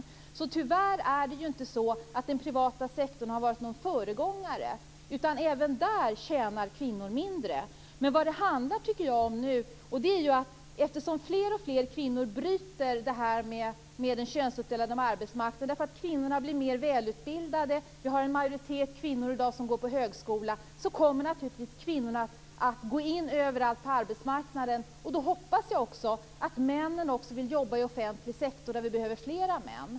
Det är tyvärr inte så att den privata sektorn har varit någon föregångare. Även där tjänar kvinnor mindre. I dag bryter fler och fler kvinnor detta med den könsuppdelade arbetsmarknaden därför att kvinnorna blir mer välutbildade. Vi har en majoritet kvinnor i dag som går på högskolan. Därför kommer naturligtvis kvinnorna att gå in överallt på arbetsmarknaden. Då hoppas jag att männen också vill jobba inom offentlig sektor där vi behöver flera män.